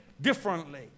differently